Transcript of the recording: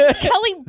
Kelly